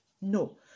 No